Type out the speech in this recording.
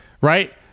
right